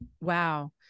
Wow